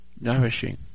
nourishing